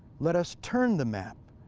let us turn the map,